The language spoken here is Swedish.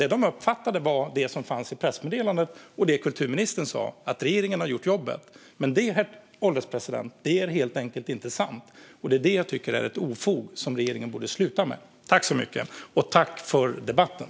Det de uppfattade var det som fanns i pressmeddelandet och det kulturministern sa: att regeringen har gjort jobbet. Herr ålderspresident! Det är helt enkelt inte sant och ett ofog som regeringen borde sluta med. Tack för debatten!